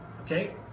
Okay